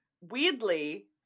weirdly